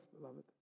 beloved